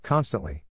Constantly